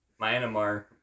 Myanmar